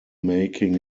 making